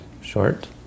short